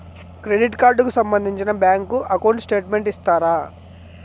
Credit card కు సంబంధించిన bank account statement ఇస్తారా?